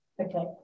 Okay